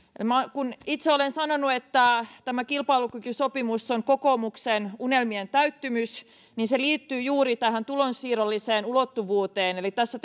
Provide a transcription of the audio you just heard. kun itse olen sanonut että tämä kilpailukykysopimus on kokoomuksen unelmien täyttymys niin se liittyy juuri tähän tulonsiirrolliseen ulottuvuuteen tässä